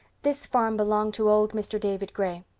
this farm belonged to old mr. david gray.